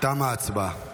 תמה ההצבעה.